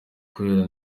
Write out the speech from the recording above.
kubera